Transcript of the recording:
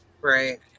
Right